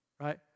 right